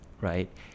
right